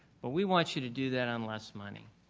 but we want you to do that on less money.